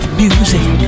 music